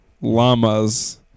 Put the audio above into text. Llamas